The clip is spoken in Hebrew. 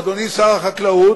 אדוני שר החקלאות,